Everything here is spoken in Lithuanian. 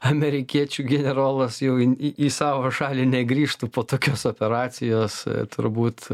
amerikiečių generolas jau į į į savo šalį negrįžtų po tokios operacijos turbūt